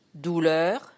Douleur